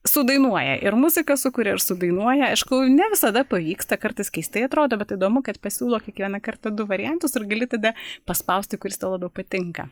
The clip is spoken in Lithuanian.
sudainuoja ir muziką sukuria ir sudainuoja aišku ne visada pavyksta kartais keistai atrodo bet įdomu kad pasiūlo kiekvieną kartą du variantus ir gali tada paspausti kuris labiau patinka